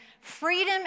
freedom